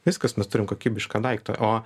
viskas mes turim kokybišką daiktą o